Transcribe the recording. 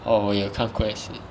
orh 我有看过也是